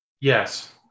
Yes